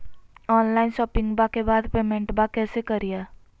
Online शोपिंग्बा के बाद पेमेंटबा कैसे करीय?